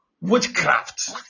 witchcraft